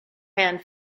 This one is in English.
hand